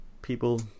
people